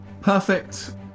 perfect